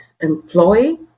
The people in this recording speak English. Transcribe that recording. employee